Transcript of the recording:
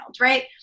right